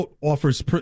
offers